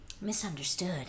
misunderstood